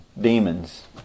demons